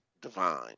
divine